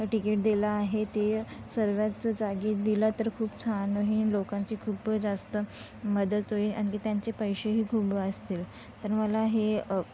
ticket दिलं आहे ते सर्वच जागी दिलं तर खूप छान होईल लोकांची खूप जास्त मदत होईल आणखी त्यांचे पैसेही खूप वाचतील तर मला हे